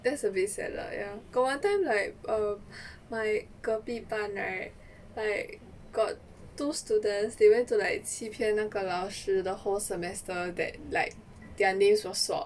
that's a bit sad lah ya got one time like err my 隔壁班 right like got two students they went to like 欺骗那个老师 the whole semester that like their names was swapped